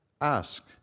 ask